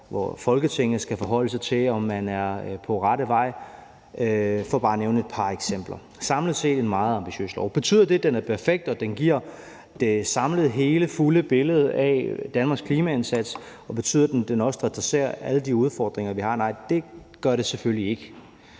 hvor Folketinget skal forholde sig til, om man er på rette vej. Det er bare for at nævne et par eksempler. Samlet set er det en meget ambitiøs lov. Betyder det, at den er perfekt, og at den giver det samlede, hele, fulde billede af Danmarks klimaindsats, og betyder det, at den også adresserer alle de udfordringer, vi har? Nej, det gør det selvfølgelig ikke.